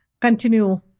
continue